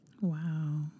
Wow